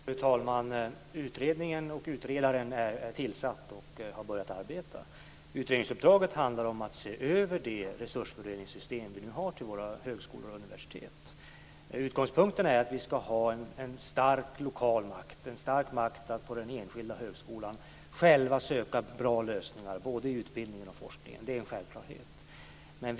Fru talman! Utredningen och utredaren är tillsatt och har börjat arbeta. Utredningsuppdraget handlar om att se över det resursfördelningssystem vi nu har till våra högskolor och universitet. Utgångspunkten är att vi ska ha en stark lokal makt att på den enskilda högskolan själv söka bra lösningar i både utbildningen och forskningen. Det är en självklarhet.